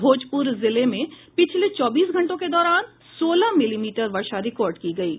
भोजपुर जिले में पिछले चौबीस घंटों के दौरान सोलह मिलीमीटर वर्षा रिकॉर्ड की गयी है